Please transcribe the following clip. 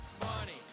money